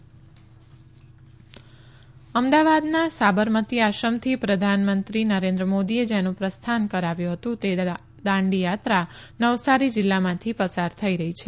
દાંડી યાત્રા અમદાવાદના સાબરમતી આશ્રમથી પ્રધાનમંત્રી નરેન્દ્ર મોદીએ જેનું પ્રસ્થાન કરાવ્યું હતું તે દાંડીયાત્રા નવસારી જીલ્લામાંથી પસાર થઇ રહી છે